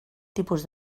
tipus